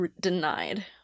denied